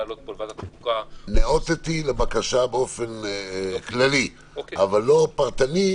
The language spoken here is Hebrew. נעניתי לבקשה באופן כללי אבל לא פרטני.